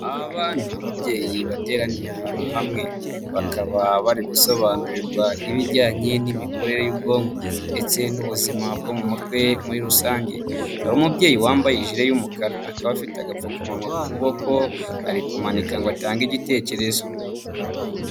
Aba ni ababyeyi bateraniye ahantu hamwe, bakaba bari gusobanurirwa ibijyanye n'imikorere y'ubwonko ndetse n'ubuzima bwo mu mutwe muri rusange, hari umubyeyi wambaye ijire y'umukara, akaba afite agapfukamunwa ku kuboko, ari kumanika ngo atange igitekerezo.